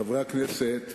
חברי הכנסת,